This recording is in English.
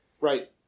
Right